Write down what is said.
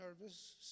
nervous